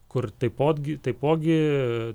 kur taipotgi taipogi